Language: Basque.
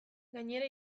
gainera